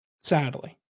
sadly